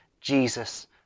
Jesus